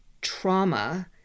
trauma